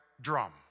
drum